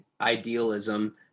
idealism